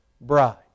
bride